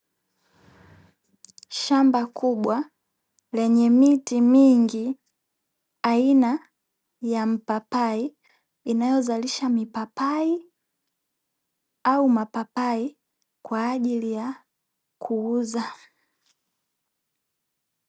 Shamba kubwa lenye miti mingi aina ya mpapai inayozalisha mipapai au maapapai kwa ajili ya kuuza.